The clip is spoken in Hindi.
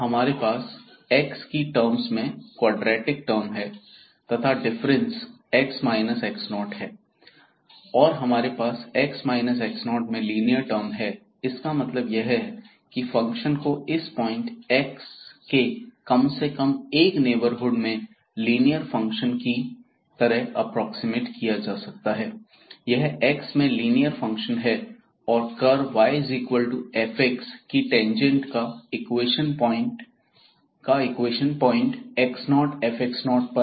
अतः हमारे पास x की टर्म्स मैं क्वाड्रेटिक टर्म है तथा डिफरेंस x x0और हमारे पास x x0 में लीनियर टर्म है इसका मतलब यह है की फंक्शन को इस पॉइंट x के कम से कम एक नेबरहुड में लीनियर फंक्शन की करें अप्प्रोक्सीमेट किया जा सकता है यह x में लीनियर फंक्शन है और कर्व की टेंजेंट का इक्वेशन पॉइंट x0 fपर